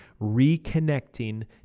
reconnecting